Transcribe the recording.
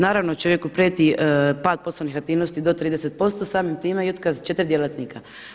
Naravno čovjeku prijeti pad poslovnih aktivnosti do 30%, samim time i otkaz 4 djelatnika.